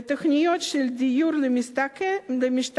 ותוכניות של "דיור למשתכן"